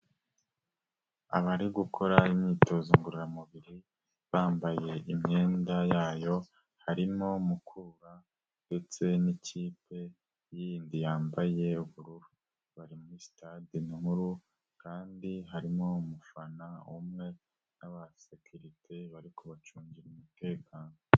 Abari gukora imyitozo ngororamubiri bambaye imyenda yayo harimo Mukura ndetse n'ikipe yindi yambaye ubururu, bari muri sitade nkuru, kandi harimo umufana umwe n'aba sekirite bari kubacungira umutekano